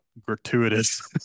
gratuitous